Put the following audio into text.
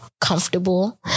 comfortable